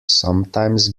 sometimes